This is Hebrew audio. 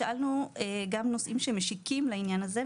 שאלנו גם על נושאים שמשיקים לעניין הזה,